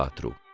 ah to